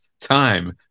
time